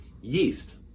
yeast